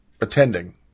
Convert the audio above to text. attending